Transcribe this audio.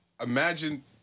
imagine